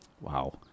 Wow